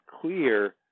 clear